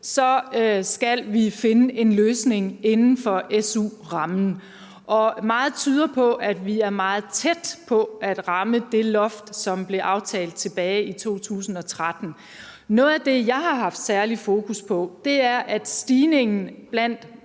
skal der findes en løsning inden for SU-rammen. Og meget tyder på, at vi er meget tæt på at ramme det loft, som blev aftalt tilbage i 2013. Noget af det, jeg har haft særlig fokus på, er, at stigningen blandt